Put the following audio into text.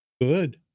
Good